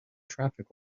traffic